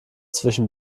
zwischen